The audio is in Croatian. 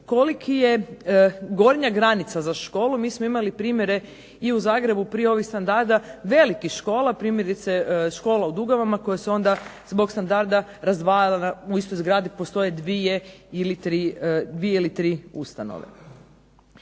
kolika je gornja granica za školu, mi smo imali primjere i u Zagrebu prije ovih standarda velikih škola, primjerice škola u Dugavama koja se onda zbog standarda razdvajala, u istoj zgradi postoje 2 ili 3 ustanove.